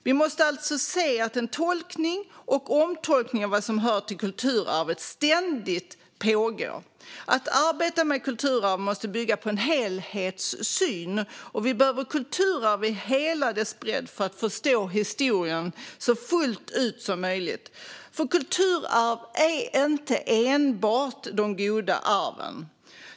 Vi måste alltså se att en tolkning och omtolkning av vad som hör till kulturarvet ständigt pågår. Att arbeta med kulturarv måste bygga på en helhetssyn, och vi behöver kulturarvet i hela dess bredd för att förstå historien så fullt ut som möjligt. Kulturarv är inte enbart de goda arven.